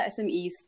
SMEs